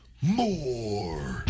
more